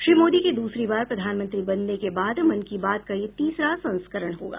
श्री मोदी के दूसरी बार प्रधानमंत्री बनने के बाद मन की बात का यह तीसरा संस्करण होगा